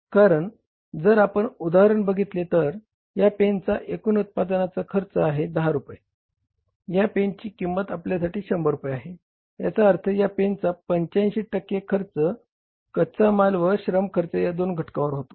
कारण जर आपण उदाहरण बघितल तर या पेनचा एकूण उत्पादनाचा खर्च आहे 10 रुपये आहे ह्या पेनची किंमत आपल्यासाठी 100 रुपये आहे याचा अर्थ या पेनचा 85 टक्के खर्च कच्चा माल व श्रम खर्च या दोन घटकांवर होतो